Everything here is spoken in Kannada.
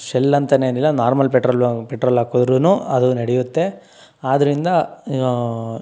ಶೆಲ್ ಅಂತನೇನಿಲ್ಲ ನಾರ್ಮಲ್ ಪೆಟ್ರೋಲ್ ಬಂಕ್ ಪೆಟ್ರೋಲ್ ಹಾಕುದ್ರೂನೂ ಅದು ನಡೆಯುತ್ತೆ ಆದ್ದರಿಂದ